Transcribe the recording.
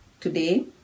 today